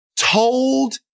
told